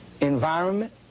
environment